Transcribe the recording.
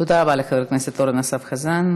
תודה רבה לחבר הכנסת אורן אסף חזן.